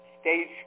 Stage